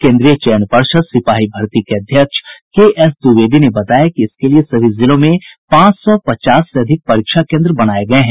केन्द्रीय चयन पर्षद सिपाही भर्ती के अध्यक्ष के एस द्विवेदी ने बताया कि इसके लिए सभी जिलों में पांच सौ पचास से अधिक परीक्षा केन्द्र बनाये गये हैं